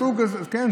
כן,